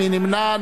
מי נמנע?